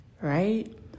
right